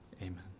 amen